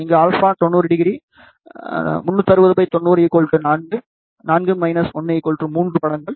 இங்கு α 900 36090 4 4 1 3 படங்கள்